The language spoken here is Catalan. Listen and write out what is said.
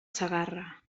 segarra